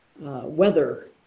weather